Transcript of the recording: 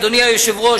אדוני היושב-ראש,